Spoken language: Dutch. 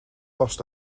vast